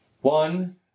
One